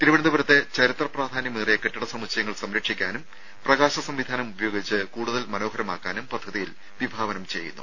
തിരുവനന്തപുരത്തെ ചരിത്ര പ്രാധാന്യമേറിയ കെട്ടിട സമുച്ചയങ്ങൾ സംരക്ഷിക്കാനും പ്രകാശ സംവിധാനം ഉപയോഗിച്ച് കൂടുതൽ മനോഹരമാക്കാനും പദ്ധതിയിൽ വിഭാവനം ചെയ്യുന്നു